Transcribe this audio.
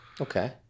Okay